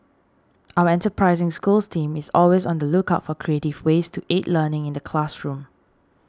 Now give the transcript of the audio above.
our enterprising Schools team is always on the lookout for creative ways to aid learning in the classroom